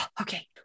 Okay